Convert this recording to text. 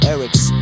Eric's